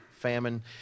famine